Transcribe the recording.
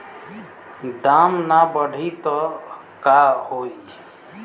दाम ना बढ़ी तब का होई